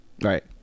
Right